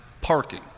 parking